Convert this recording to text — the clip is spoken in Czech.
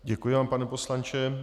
Děkuji vám, pane poslanče.